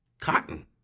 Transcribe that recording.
cotton